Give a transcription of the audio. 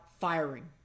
firing